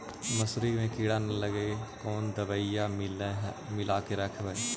मसुरी मे किड़ा न लगे ल कोन दवाई मिला के रखबई?